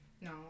No